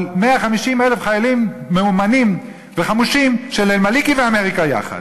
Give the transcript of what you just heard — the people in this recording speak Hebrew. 150,000 חיילים מאומנים וחמושים של אל-מאלכי ואמריקה יחד,